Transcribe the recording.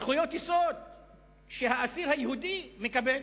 זכויות יסוד שהאסיר היהודי מקבל.